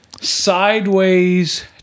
Sideways